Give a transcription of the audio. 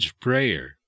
prayer